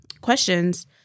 questions